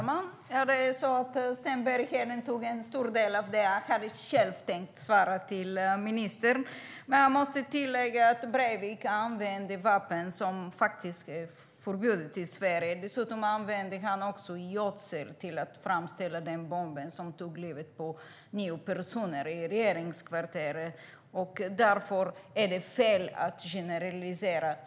Herr talman! Sten Bergheden tog upp en hel del av det som jag själv hade tänkt att svara ministern. Breivik använde ett vapen som är förbjudet i Sverige. Dessutom använde han gödsel för att framställa den bomb som tog livet av nio personer i regeringskvarteren. Därför är det fel att generalisera.